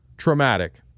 traumatic